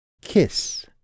Kiss